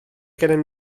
gennym